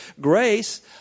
grace